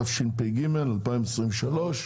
התשפ"ג-2023.